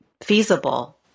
feasible